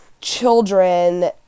children